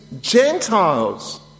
Gentiles